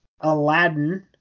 Aladdin